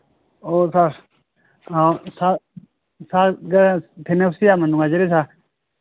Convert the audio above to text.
ꯑꯣ ꯁꯥꯔ ꯑꯧ ꯁꯥꯔ ꯁꯥꯔꯒ ꯊꯦꯡꯅꯕꯁꯤ ꯌꯥꯝꯅ ꯅꯨꯡꯉꯥꯏꯖꯔꯦ ꯁꯥꯔ